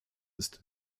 ist